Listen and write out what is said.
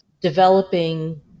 developing